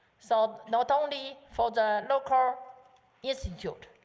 so not only for the local institute,